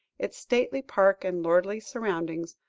its stately park and lordly surroundings,